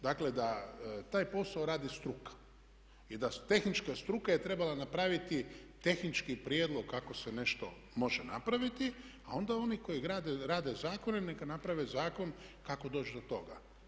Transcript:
Dakle, da taj posao radi struka i da tehnička struka je trebala napraviti tehnički prijedlog kako se nešto može napraviti a onda oni koji rade zakone neka naprave zakon kako doći do toga.